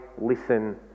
listen